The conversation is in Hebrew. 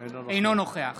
אינו נוכח